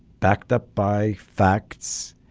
backed up by facts,